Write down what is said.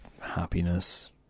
happiness